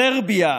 סרביה,